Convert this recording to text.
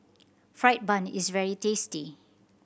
fried bun is very tasty